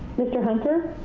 mr. hunter?